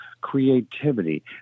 creativity